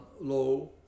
low